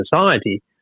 society